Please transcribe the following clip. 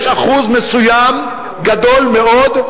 יש אחוז מסוים, גדול מאוד,